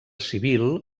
civil